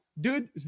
dude